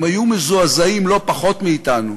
הם היו מזועזעים לא פחות מאתנו,